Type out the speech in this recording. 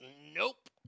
nope